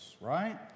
right